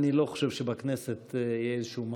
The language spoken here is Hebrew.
אני לא חושב שבכנסת יהיה איזשהו מחסום.